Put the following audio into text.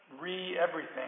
re-everything